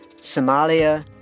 Somalia